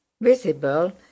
visible